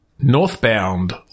northbound